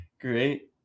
Great